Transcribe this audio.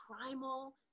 primal